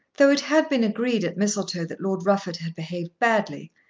though it had been agreed at mistletoe that lord rufford had behaved badly,